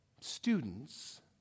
students